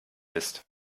ist